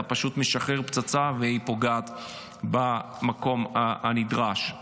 אתה פשוט משחרר פצצה והיא פוגעת במקום הנדרש.